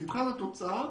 אני אשתמש